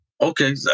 Okay